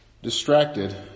distracted